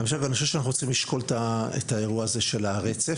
אני חושב שאנחנו צריכים לשקול את האירוע הזה של הרצף.